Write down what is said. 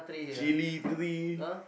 chilli tree